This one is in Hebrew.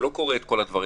שלא קורא את כל הדברים,